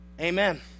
Amen